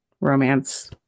romance